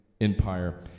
empire